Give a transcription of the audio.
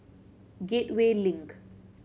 Gateway Link